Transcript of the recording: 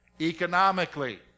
Economically